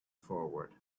forward